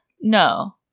no